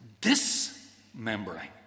dismembering